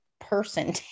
person